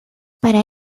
para